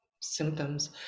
symptoms